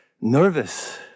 nervous